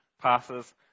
passes